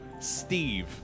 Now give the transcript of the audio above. Steve